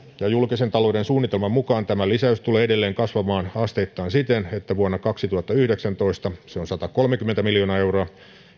ja julkisen talouden suunnitelman mukaan tämä lisäys tulee edelleen kasvamaan lähtötilanteeseen nähden asteittain siten että vuonna kaksituhattayhdeksäntoista se on satakolmekymmentä miljoonaa euroa